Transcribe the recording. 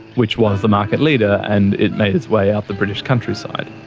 which was the market leader, and it made its way out the british countryside.